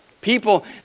People